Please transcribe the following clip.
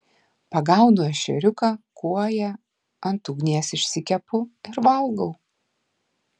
pagaunu ešeriuką kuoją ant ugnies išsikepu ir valgau